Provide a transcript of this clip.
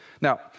Now